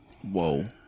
Whoa